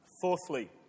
Fourthly